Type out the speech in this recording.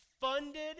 funded